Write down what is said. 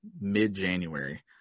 mid-January